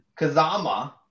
Kazama